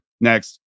Next